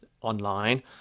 online